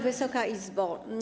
Wysoka Izbo!